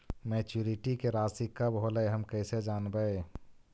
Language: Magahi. मैच्यूरिटी के रासि कब होलै हम कैसे जानबै?